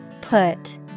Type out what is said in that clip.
Put